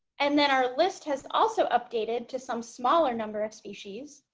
and then our list has also updated to some smaller number of species